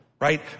right